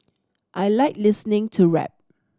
I like listening to rap